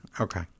Okay